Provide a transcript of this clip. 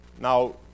Now